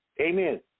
Amen